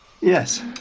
Yes